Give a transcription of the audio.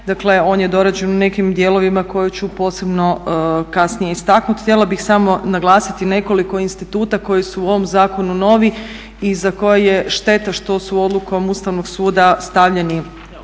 Dakle, on je dorađen u nekim dijelovima koje ću posebno kasnije istaknuti. Htjela bih samo naglasiti nekoliko instituta koji su u ovom zakonu novi i za koje je šteta što su odlukom Ustavnog suda stavljeni